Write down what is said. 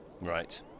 Right